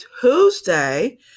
Tuesday